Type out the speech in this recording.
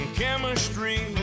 chemistry